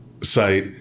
site